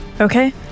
Okay